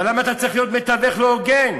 אבל למה אתה צריך להיות מתווך לא הוגן?